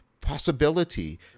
possibility